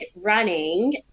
running